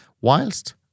Whilst